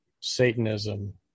Satanism